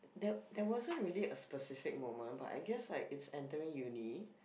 that there wasn't really a specific moment but I guess it's like entering uni